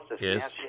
Yes